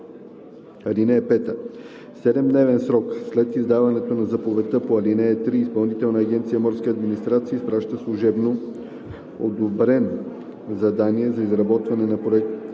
„(5) В 7-дневен срок след издаването на заповедта по ал. 3 Изпълнителна агенция „Морска администрация“ изпраща служебно одобреното задание за изработване на проект